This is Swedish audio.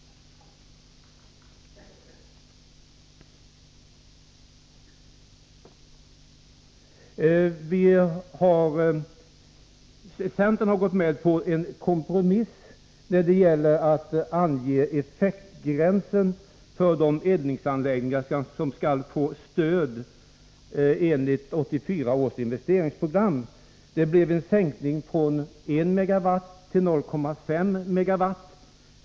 Centern har gått med på en kompromiss när det gäller effektgränsen för de eldningsanläggningar som skall få stöd enligt 1984 års investeringsprogram. Gränsen sänktes från I MW till 0,5 MW.